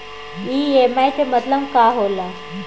EMI के मतलब का होला?